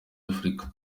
afurika